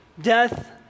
Death